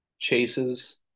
chases